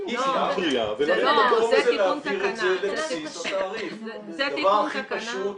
צריך במקום זה להעביר את זה לבסיס התעריף- - זה תיקון חקיקה,